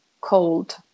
cold